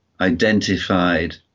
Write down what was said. identified